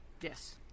Yes